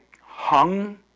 hung